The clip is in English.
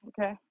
okay